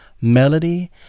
melody